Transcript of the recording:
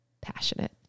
passionate